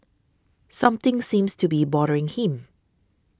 something seems to be bothering him